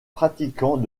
pratiquants